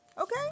Okay